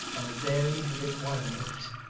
and varied with its windings.